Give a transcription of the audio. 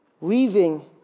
Leaving